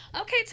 Okay